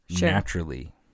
naturally